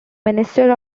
minister